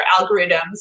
algorithms